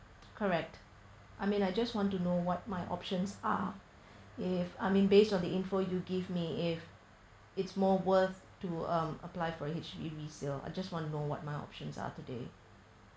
correct I mean I just want to know what my options are if I mean based on the info you give me if it's more worth to um apply for H_D_B resale I just want to know what my options are today